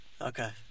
Okay